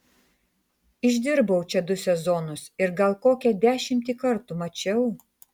išdirbau čia du sezonus ir gal kokią dešimtį kartų mačiau